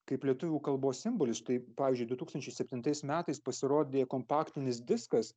kaip lietuvių kalbos simbolis tai pavyzdžiui du tūkstančiai septintais metais pasirodė kompaktinis diskas